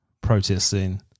protesting